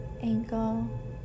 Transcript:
ankle